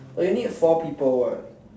but you need four people [what]